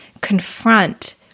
confront